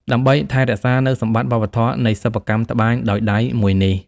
ដើម្បីថែរក្សានូវសម្បត្តិវប្បធម៏នៃសិប្បកម្មត្បាញដោយដៃមួយនេះ។